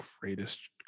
greatest